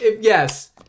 Yes